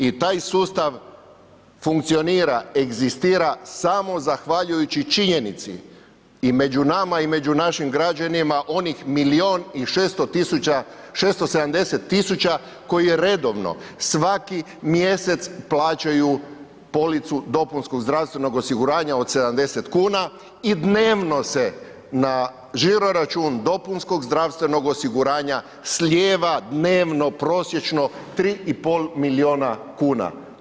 I taj sustav funkcionira, egzistira samo zahvaljujući činjenici i među nama i među našim građanima, onih milijun i 670 000 koji je redovno, svaki mjesec plaćaju policu dopunskom zdravstvenog osiguranja od 70 kn i dnevno se na žiro račun dopunskog zdravstvenog osiguranja slijeva dnevno prosječno 3 i pol milijuna kuna.